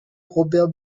robert